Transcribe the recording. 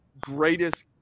greatest